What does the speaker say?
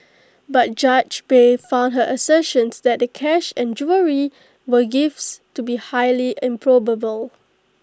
but judge bay found her assertions that the cash and jewellery were gifts to be highly improbable